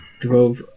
drove